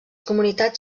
comunitats